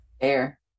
air